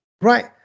right